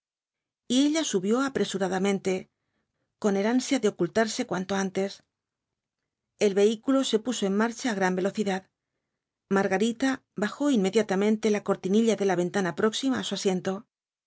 ella subió apresuradamente con el ansia de ocultarse cuanto antes el vehículo se puso en marcha á gran velocidad margarita bajó inmediatamente la cortinilla de la ventana próxima á su asiento